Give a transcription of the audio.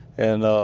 and